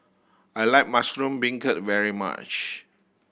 I like mushroom beancurd very much